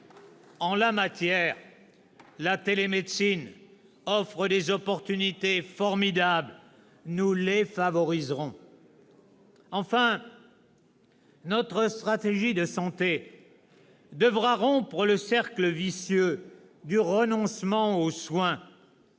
En la matière, la télémédecine offre des opportunités formidables. Nous les favoriserons. « Enfin, notre stratégie de santé devra rompre le cercle vicieux du " renoncement aux soins